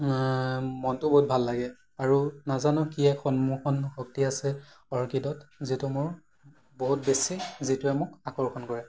মনটো বহুত ভাল লাগে আৰু নাজানো কি এক সন্মোহন শক্তি আছে অৰ্কিডত যিটো মোৰ বহুত বেছি যিটোৱে মোক আকৰ্ষণ কৰে